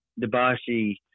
Debashi